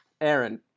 Aaron